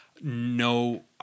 No